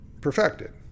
perfected